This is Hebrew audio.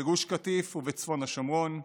בגוש קטיף ובצפון השומרון.